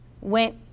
went